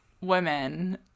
women